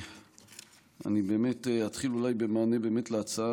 אני באמת אתחיל אולי במענה להצעה